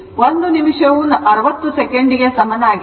ಒಂದು ನಿಮಿಷವು 60 ಸೆಕೆಂಡಿಗೆ ಸಮನಾಗಿದ್ದರೆ